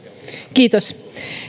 kiitos